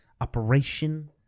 operation